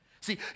See